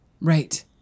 Right